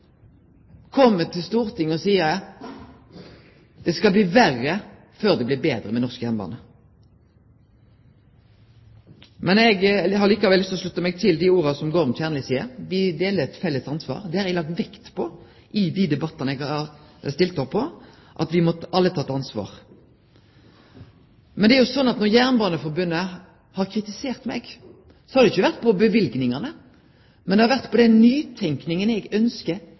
til Stortinget og seier at det skal bli verre før det blir betre med norsk jernbane. Men eg har likevel lyst til å slutte meg til det som Gorm Kjernli seier – me deler eit felles ansvar. Det har eg lagt vekt på i dei debattane eg har stilt opp på, at me må alle ta eit ansvar. Men det er slik at når Jernbaneforbundet har kritisert meg, har ikkje det vore for løyvingane, men det har vore for den nytenkinga eg